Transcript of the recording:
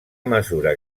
mesura